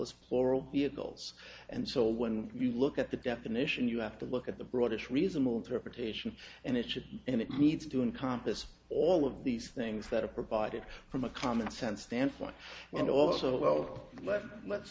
as plural vehicles and so when you look at the definition you have to look at the broad it's reasonable to reputation and it should and it needs to encompass all of these things that are provided from a commonsense standpoint and also well let let's